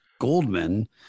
Goldman